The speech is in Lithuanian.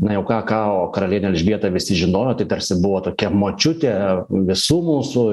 na jau ką ką o karalienę elžbietą visi žinojo tai tarsi buvo tokia močiutė visų mūsų